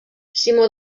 simó